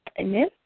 Amen